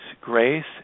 Grace